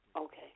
Okay